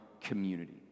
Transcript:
community